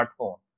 smartphone